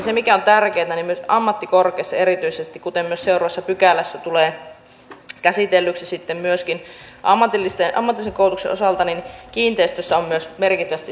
se mikä on tärkeätä myös ammattikorkeassa erityisesti kuten myös seuraavassa pykälässä tulee käsitellyksi ammatillisen koulutuksen osalta on että kiinteistöissä myös merkittävästi säästetään